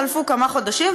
חלפו כמה חודשים,